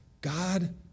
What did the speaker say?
God